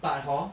but hor